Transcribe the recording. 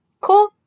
Cool